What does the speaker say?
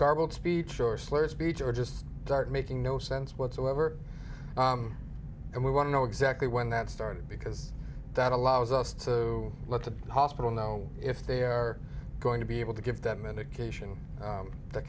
garbled speech or slurred speech or just start making no sense whatsoever and we want to know exactly when that started because that allows us to let the hospital know if they're going to be able to give that medication that